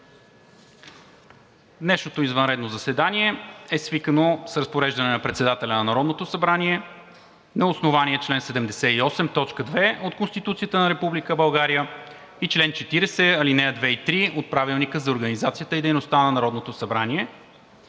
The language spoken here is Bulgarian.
Днешното извънредно заседание е свикано с разпореждане на председателя на Народното събрание на основание чл. 78, т. 2 от Конституцията на Република България и чл. 40, ал. 2 и 3 от Правилника за организацията и дейността на Народното събрание